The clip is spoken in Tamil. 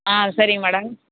ஆ அது சரிங்க மேடம்